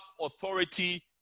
authority